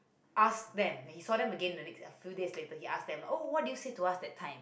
ask them like he saw them again in the next few days later he asked them oh what do you say to us that time